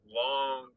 long